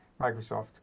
Microsoft